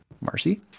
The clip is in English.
marcy